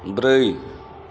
ब्रै